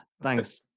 thanks